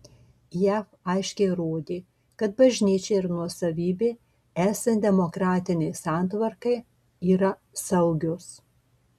jav aiškiai rodė kad bažnyčia ir nuosavybė esant demokratinei santvarkai yra saugios